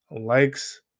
likes